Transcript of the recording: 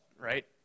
right